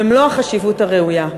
במלוא החשיבות הראויה.